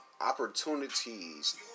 opportunities